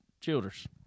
childers